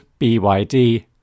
BYD